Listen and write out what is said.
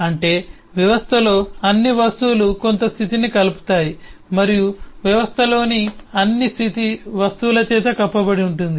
అంటే వ్యవస్థలోని అన్ని వస్తువులు కొంత స్థితిని కలుపుతాయి మరియు వ్యవస్థలోని అన్ని స్థితి వస్తువులచే కప్పబడి ఉంటుంది